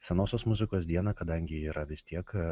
senosios muzikos dieną kadangi yra vis tiek